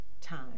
time